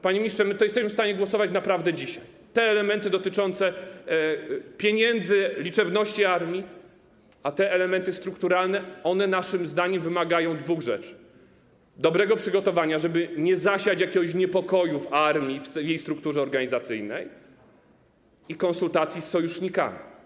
Panie ministrze, naprawdę jesteśmy w stanie głosować dzisiaj nad tymi elementami dotyczącymi pieniędzy, liczebności armii, a elementy strukturalne naszym zdaniem wymagają dwóch rzeczy: dobrego przygotowania, żeby nie zasiać jakiegoś niepokoju w armii, w jej strukturze organizacyjnej, i konsultacji z sojusznikami.